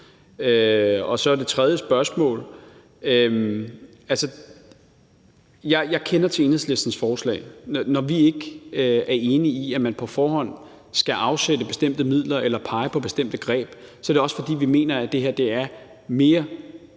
Og så til det tredje spørgsmål: Altså, jeg kender til Enhedslistens forslag. Når vi ikke er enige i, at man på forhånd skal afsætte bestemte midler eller pege på bestemte greb, er det også, fordi vi mener, at det her er mere